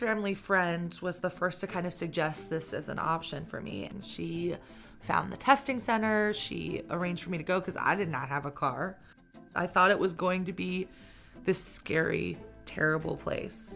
family friend was the st to kind of suggest this as an option for me and she found the testing centers she arranged for me to go because i did not have a car i thought it was going to be this scary terrible place